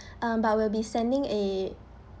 um but we'll be sending a